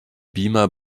beamer